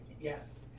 Yes